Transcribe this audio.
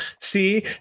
see